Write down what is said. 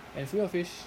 and filet-O-fish